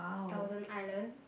thousand island